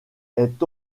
est